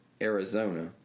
Arizona